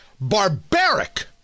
barbaric